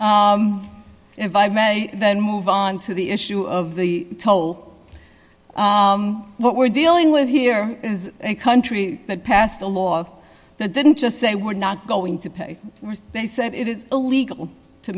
if i may then move on to the issue of the toll what we're dealing with here is a country that passed a law that didn't just say we're not going to pay they said it is illegal to